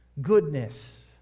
goodness